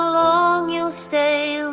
long you'll stay